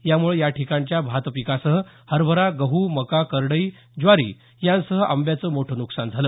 यामुळं याठिकाणच्या भातपिकासह हरभरा गहू मका करडई ज्वारी यांसह आंब्याचं मोठं नुकसान झालं